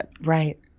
Right